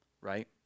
Right